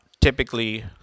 typically